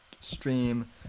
stream